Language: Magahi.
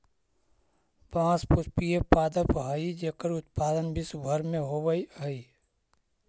बाँस पुष्पीय पादप हइ जेकर उत्पादन विश्व भर में होवऽ हइ